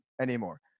anymore